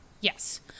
Yes